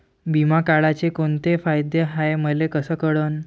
बिमा काढाचे कोंते फायदे हाय मले कस कळन?